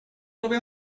dove